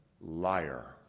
liar